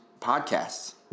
podcasts